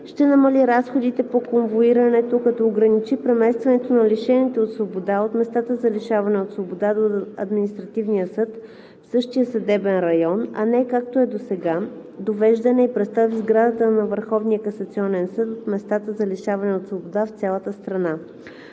ще намали разходите по конвоирането, като ограничи преместването на лишените от свобода от местата за лишаване от свобода до административния съд в същия съдебен район, а не както е досега довеждане и престой в сградата на Върховния касационен съд от местата за лишаване от свобода в цялата страна.